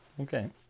Okay